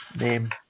Name